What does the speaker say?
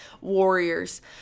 warriors